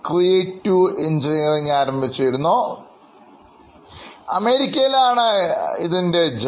1950 കളിലാണ് ഉണ്ടായത്